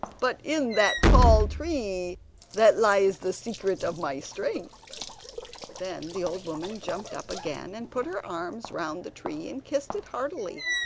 but in that tall tree that lies the secret of my strength then the old woman jumped up again and put her arms round the tree, and kissed it heartily.